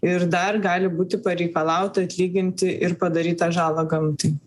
ir dar gali būti pareikalauta atlyginti ir padarytą žalą gamtai